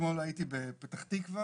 אתמול הייתי בפתח תקווה